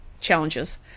challenges